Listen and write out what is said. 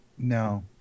No